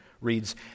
reads